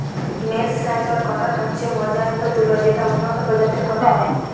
mercerised cotton হচ্ছে মার্জারিত তুলো যেটা উন্নত প্রজাতির কট্টন